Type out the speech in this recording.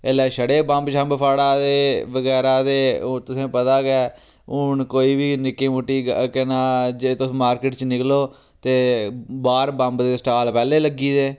एल्लै छड़े बम्ब शम्ब फाड़ा दे बगैरा ते हून तुसें पता गै हून कोई निक्की मुट्टी केह् ना जे तुस मार्किट च निकलो ते बाह्र बम्ब दे स्टाल पैह्लें गै लग्गी गेदे